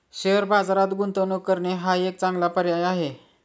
share बाजारात गुंतवणूक करणे हा एक चांगला पर्याय आहे